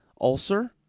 ulcer